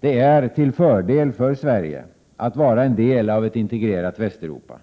Det är till fördel för Sverige att vara en del av ett integrerat Västeuropa.